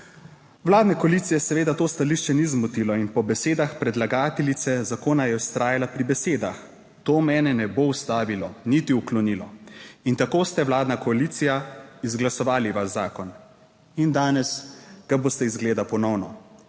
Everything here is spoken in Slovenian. Vladne koalicije seveda to stališče ni zmotilo in po besedah predlagateljice zakona je vztrajala pri besedah, "to mene ne bo ustavilo, niti uklonilo". In tako ste vladna koalicija izglasovali vaš zakon in danes ga boste izgleda ponovno.